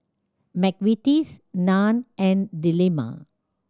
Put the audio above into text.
McVitie's Nan and Dilmah